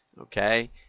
okay